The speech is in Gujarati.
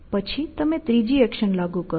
પછી તમે ત્રીજી એક્શન લાગુ કરો